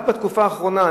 רק בתקופה האחרונה,